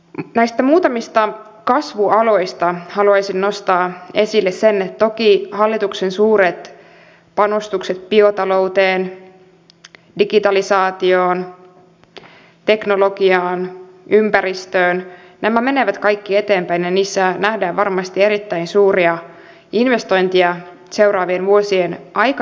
näistä muutamista kasvualoista haluaisin nostaa esille sen että toki hallituksen suuret panostukset biotalouteen digitalisaatioon teknologiaan ympäristöön menevät kaikki eteenpäin ja niissä nähdään varmasti erittäin suuria investointeja seuraavien vuosien aikana